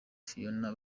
fiona